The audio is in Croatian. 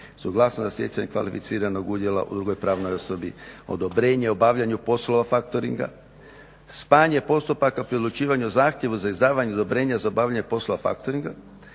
suglasnost za stjecanje kvalificiranog udjela u drugoj pravnoj osobi, odobrenje o obavljanju poslova factoringa, spajanje postupaka pri odlučivanju zahtjeva za izdavanje odobrenja za obavljanje poslova factoringa,